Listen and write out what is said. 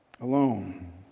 alone